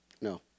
No